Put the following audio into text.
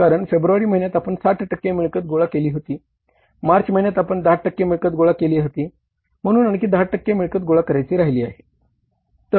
कारण फेब्रुवारी महिन्यात आपण 60 टक्के मिळकत गोळा केली होती मार्च महिन्यात आपण 10 टक्के मिळकत गोळा केली होती म्हणून आणखी 10 टक्के मिळकत गोळा करायची राहिली आहे